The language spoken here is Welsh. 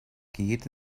gyd